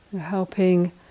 helping